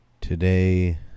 today